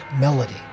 melody